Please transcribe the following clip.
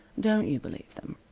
don't you believe them.